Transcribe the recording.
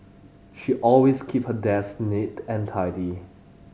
she always keep her desk neat and tidy